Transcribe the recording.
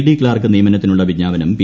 D clerk നിയമനത്തിനുള്ള വിജ്ഞാപനം P